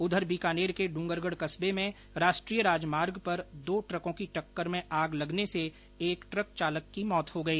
उधर बीकानेर के डूगरगढ करबे में राष्ट्रीय राजमार्ग पर दो ट्रको की टक्कर में आग लगने से एक ट्रक चालक की मौत हो गई